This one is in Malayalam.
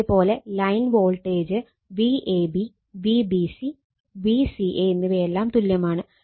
അതേ പോലെ line voltage Vab Vbc Vca എന്നിവയെല്ലാം തുല്യമാണ്